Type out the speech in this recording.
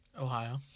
Ohio